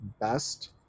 best